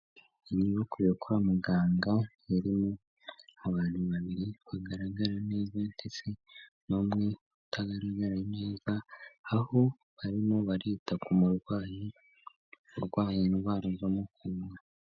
Inyubako yo kwa muganga hari abantu babiri bagaragara neza ndetse n'umwe utagaragara neza, aho barimo barita ku murwayi urwaye indwara zo mukuguru.